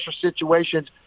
situations